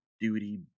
Duty